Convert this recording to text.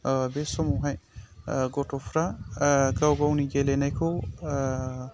बे समावहाय गथ'फ्रा गावगावनि गेलेनायखौ